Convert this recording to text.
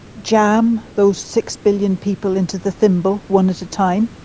jam those six billion people into the thimble one at a time,